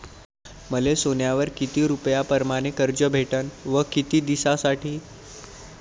मले सोन्यावर किती रुपया परमाने कर्ज भेटन व किती दिसासाठी?